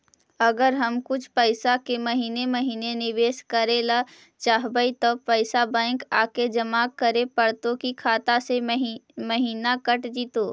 अगर हम कुछ पैसा के महिने महिने निबेस करे ल चाहबइ तब पैसा बैक आके जमा करे पड़तै कि खाता से महिना कट जितै?